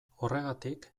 horregatik